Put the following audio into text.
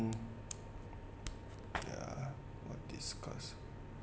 uh what disgust you